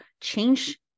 change